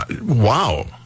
Wow